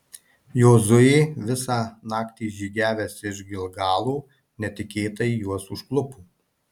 jozuė visą naktį žygiavęs iš gilgalo netikėtai juos užklupo